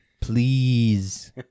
please